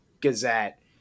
Gazette